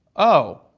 oh,